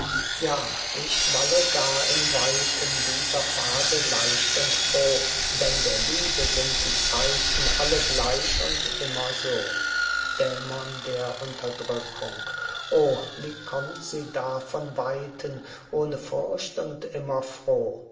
ja ich walle gern im weiten dieser pfade leicht und froh denn der liebe sind die zeiten alle gleich und immer so dämon der unterdrückung o wie kommt sie da von weiten ohne furcht und immer froh